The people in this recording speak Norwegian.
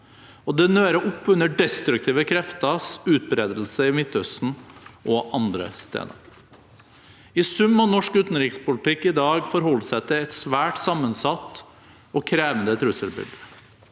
og det nører opp under destruktive krefters utbredelse i Midtøsten og andre steder. I sum må norsk utenrikspolitikk i dag forholde seg til et svært sammensatt og krevende trusselbilde.